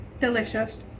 Delicious